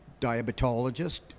diabetologist